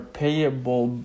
payable